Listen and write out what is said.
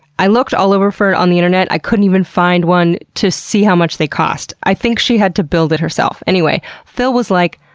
i looked all over for it on the internet. i couldn't even find one to see how much they cost. i think she had to build it herself. anyway, phil was like,